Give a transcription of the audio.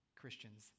Christians